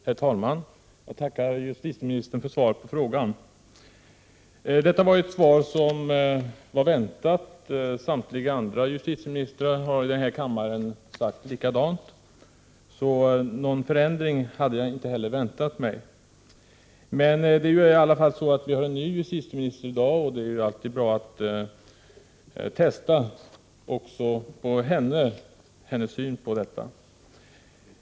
Herr talman! Jag tackar justitieministern för svaret på frågan. Detta var ett svar som var väntat. Samtliga tidigare justitieministrar har i denna kammare sagt likadant, så jag har inte väntat mig någon förändring. Vi har dock i alla fall en ny justitieminister nu, och det är därför bra att också testa hennes syn på detta.